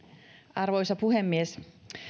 arvoisa puhemies